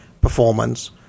performance